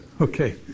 Okay